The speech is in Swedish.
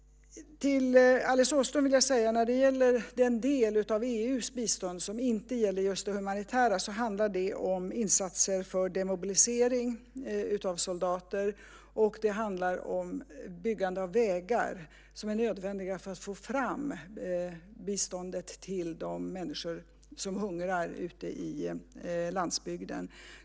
Till Alice Åström vill jag säga att den del av EU:s bistånd som inte handlar om just det humanitära handlar om insatser för demobilisering av soldater. Det handlar också om byggande av vägar som är nödvändiga för att få fram biståndet till de människor som hungrar ute på landsbygden.